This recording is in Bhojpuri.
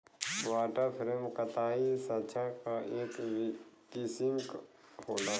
वाटर फ्रेम कताई साँचा क एक किसिम होला